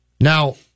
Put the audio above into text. Now